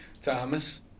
Thomas